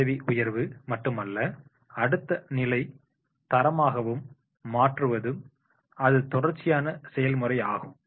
பதவி உயர்வு மட்டுமல்ல அடுத்த நிலை தரமாகவும் மாற்றுவதும் அது தொடர்ச்சியான செயல்முறையாகும்